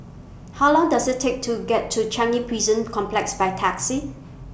How Long Does IT Take to get to Chanyi Prison Complex By Taxi